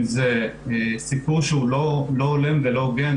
אם זה סיקור שהוא לא הולם ולא הוגן,